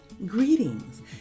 Greetings